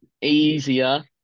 easier